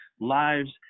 lives